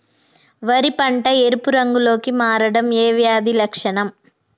వరి పంట ఎరుపు రంగు లో కి మారడం ఏ వ్యాధి లక్షణం?